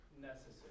Necessary